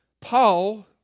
Paul